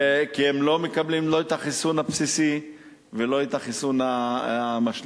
כי הם לא מקבלים לא את החיסון הבסיסי ולא את החיסון המשלים.